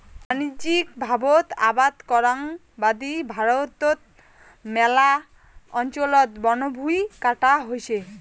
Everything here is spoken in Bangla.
বাণিজ্যিকভাবত আবাদ করাং বাদি ভারতর ম্যালা অঞ্চলত বনভুঁই কাটা হইছে